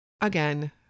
again